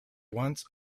once